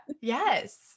Yes